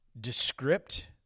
descript